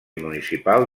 municipal